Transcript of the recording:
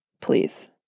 Please